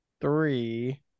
three